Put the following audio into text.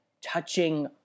touching